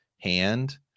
hand